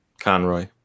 conroy